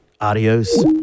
Adios